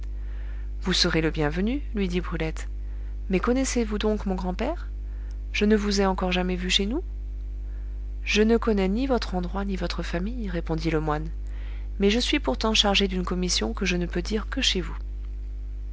vous serez le bienvenu lui dit brulette mais connaissez-vous donc mon grand-père je ne vous ai encore jamais vu chez nous je ne connais ni votre endroit ni votre famille répondit le moine mais je suis pourtant chargé d'une commission que je ne peux dire que chez vous